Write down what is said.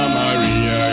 Maria